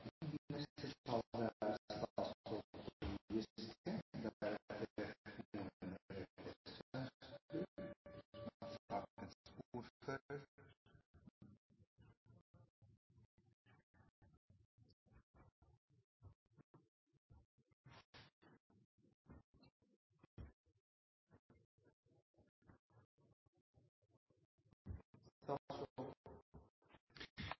Neste taler er